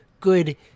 good